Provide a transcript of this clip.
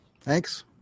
thanks